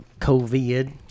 COVID